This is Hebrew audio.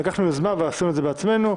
לקחנו יוזמה ועשינו את זה בעצמנו.